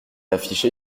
affiché